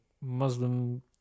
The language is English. Muslim